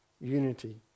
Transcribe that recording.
unity